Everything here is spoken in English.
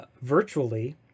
virtually